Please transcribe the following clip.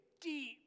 deep